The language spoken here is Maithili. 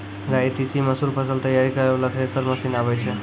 राई तीसी मसूर फसल तैयारी करै वाला थेसर मसीन आबै छै?